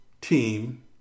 team